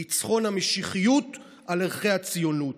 ניצחון המשיחיות על ערכי הציונות.